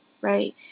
right